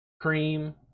cream